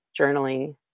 journaling